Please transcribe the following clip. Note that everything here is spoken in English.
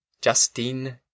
Justine